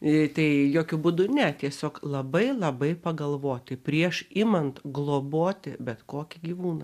ir tai jokiu būdu ne tiesiog labai labai pagalvoti prieš imant globoti bet kokį gyvūną